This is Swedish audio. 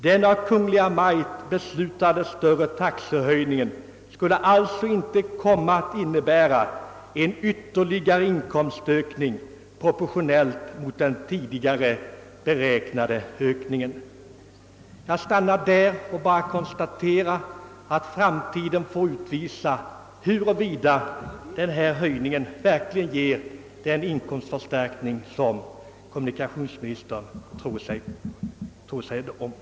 Den av Kungl. Maj:t beslutade större taxehöjningen skulle alltså inte komma att innebära en ytterligare inkomstökning proportionellt mot den tidigare beräknade ökningen. Jag stannar där och konstaterar bara, att framtiden får utvisa huruvida höjningen verkligen ger den inkomstförstärkning som kommunikationsministern tror sig kunna räkna med.